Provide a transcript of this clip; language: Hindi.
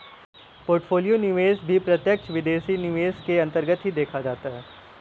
पोर्टफोलियो निवेश भी प्रत्यक्ष विदेशी निवेश के अन्तर्गत ही देखा जाता है